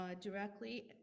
directly